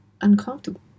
uncomfortable